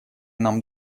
нам